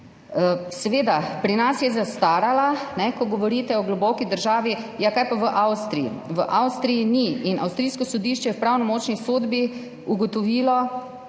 Seveda, pri nas je zastarala, ko govorite o globoki državi. Kaj pa v Avstriji? V Avstriji ni. In avstrijsko sodišče je v pravnomočni sodbi ugotovilo,